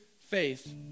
faith